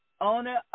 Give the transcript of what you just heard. owner